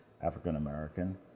African-American